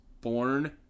born